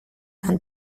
van